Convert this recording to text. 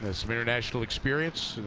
has international experience.